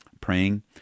praying